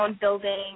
building